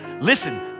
listen